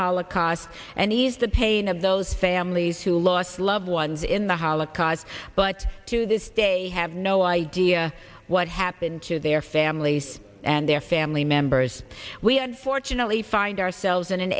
holocaust and ease the pain of those families who lost loved ones in the holocaust but to this day have no idea what happened to their families and their family members we had fortunately find ourselves in an